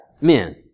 men